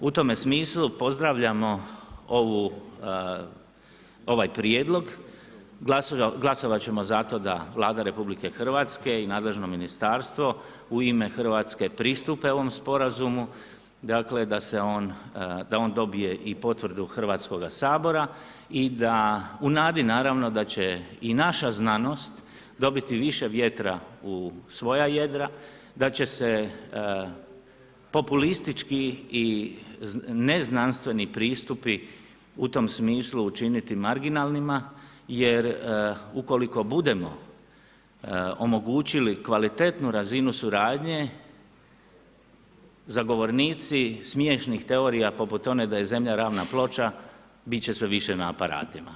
U tome smislu pozdravljamo ovaj prijedlog, glasovat ćemo za to da Vlada RH i nadležno ministarstvo u ime Hrvatske pristupe ovom sporazumu, dakle da on dobije i potvrdu Hrvatskoga sabora i da u nadi naravno da će i naša znanost dobiti više vjetra u svoja jedra, da će se populistički i neznanstveni pristupi u tom smislu učiniti marginalnima jer ukoliko budemo omogućili kvalitetnu razinu suradnje, zagovornici smiješnih teorija poput one da je Zemlja ravna ploča, bit će sve više na aparatima.